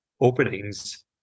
openings